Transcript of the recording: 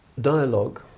dialogue